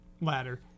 ladder